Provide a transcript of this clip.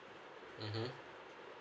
mmhmm